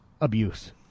abuse